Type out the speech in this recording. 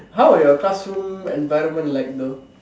how were your classroom environment like though